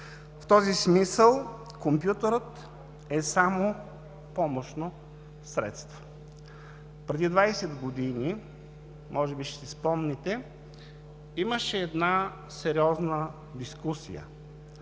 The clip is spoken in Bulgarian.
В този смисъл компютърът е само помощно средство. Преди 20 години, може би ще си спомните, имаше една сериозна дискусия.